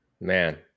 Man